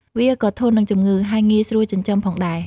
វាក៏ធន់នឹងជំងឺ ហើយងាយស្រួលចិញ្ចឹមផងដែរ។